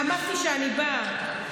אמרתי שאני באה.